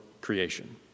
creation